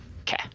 Okay